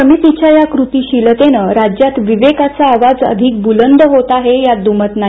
समितीच्या या कृतिशीलतेनं राज्यात विवेकाचा आवाज अधिक बुलंद होत आहे यात दुमत नाही